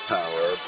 Power